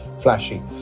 flashy